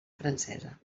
francesa